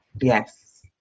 yes